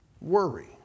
Worry